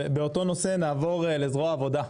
נעבור לזרוע העבודה.